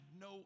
no